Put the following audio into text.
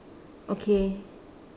okay